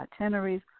itineraries